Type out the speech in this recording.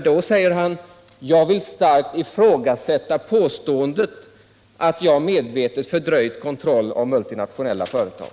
Då sade han att han ville ifrågasätta påståendet att han medvetet fördröjt kontroll av multinationella företag.